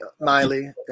Miley